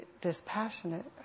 dispassionate